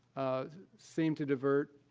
seem to divert,